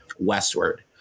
Westward